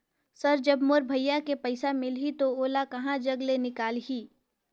Sir जब मोर भाई के पइसा मिलही तो ओला कहा जग ले निकालिही?